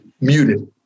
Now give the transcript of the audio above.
Muted